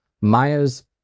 Maya's